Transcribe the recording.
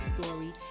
story